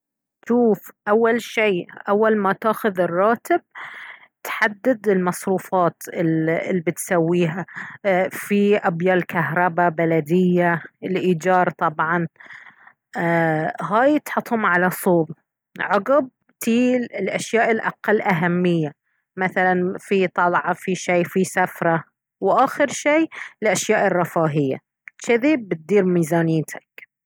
شوف اول شي اول ما تاخذ الراتب تحدد المصروفات الي بتسويها ايه في ابيال كهربا بلدية الايجار طبعا ايه هاي تحطهم على صوب عقب تي الاشياء الاقل اهمية مثلا في طلعة في شي في سفرة واخر شي الاشياء الرفاهية جذي بتدير ميزانيتك